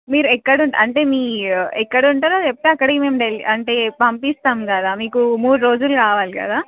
మీరు ఎక్కడ అంటే మీ ఎక్కడు ఉంటారో చెప్తే అక్కడికి మేము డెల్లీ అంటే పంపిస్తాం కదా మీకు మూడు రోజులు కావాలి కదా